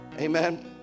Amen